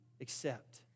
accept